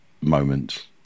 moment